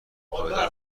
پایدار